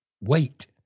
wait